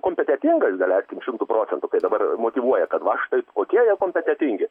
kompetentingais daleiskim šimtu procentų kai dabar motyvuoja kad va štai kokie jie kompetentingi